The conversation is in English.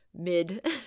Mid